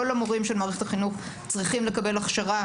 כל המורים של מערכת החינוך צריכים לקבל הכשרה,